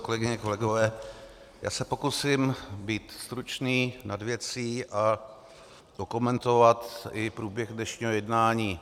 Kolegyně, kolegové, já se pokusím být stručný, nad věcí, a okomentovat i průběh dnešního jednání.